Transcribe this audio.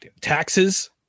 taxes